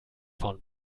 von